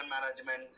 management